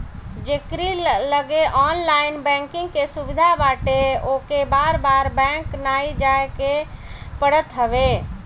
जेकरी लगे online banking के सुविधा बाटे ओके बार बार बैंक नाइ जाए के पड़त हवे